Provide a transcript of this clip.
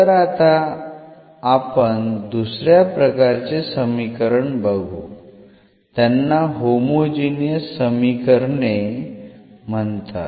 तर आता आपण दुसऱ्या प्रकारचे समीकरण बघू त्यांना होमोजिनियस समीकरणे म्हणतात